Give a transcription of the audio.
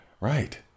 right